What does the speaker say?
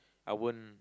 I won't